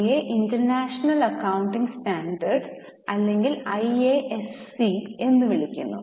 അവയെ international accounting standards അല്ലെങ്കിൽ I A S C എന്ന് വിളിക്കുന്നു